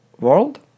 world